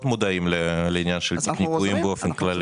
מודעים לעניין של תיק ניכויים באופן כללי.